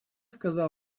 сказал